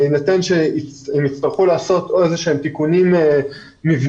אם הם יצטרכו לעשות איזה שהם תיקונים מבניים,